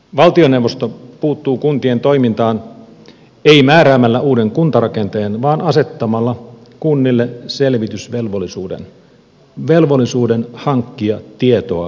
valtioneuvosto puuttuu kuntien toimintaan ei määräämällä uutta kuntarakennetta vaan asettamalla kunnille selvitysvelvollisuuden velvollisuuden hankkia tietoa yhdessä